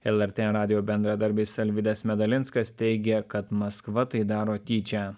lrt radijo bendradarbis alvydas medalinskas teigia kad maskva tai daro tyčia